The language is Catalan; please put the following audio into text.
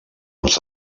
els